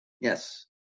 Yes